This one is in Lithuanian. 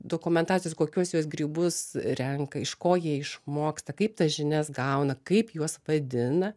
dokumentacijos kokiuos juos grybus renka iš ko jie išmoksta kaip tas žinias gauna kaip juos vadina